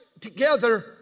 together